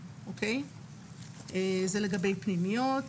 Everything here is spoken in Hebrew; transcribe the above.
זה לגבי פנימיות.